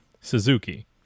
Suzuki